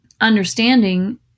understanding